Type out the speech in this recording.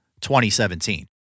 2017